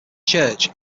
church